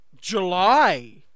July